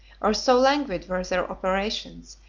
or so languid were their operations,